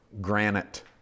granite